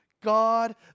God